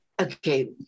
okay